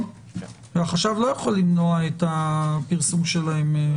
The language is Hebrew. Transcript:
החשב לא יכול למנוע את הפרסום שלהם.